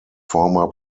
former